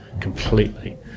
completely